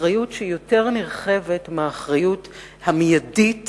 אחריות שהיא יותר נרחבת מהאחריות המיידית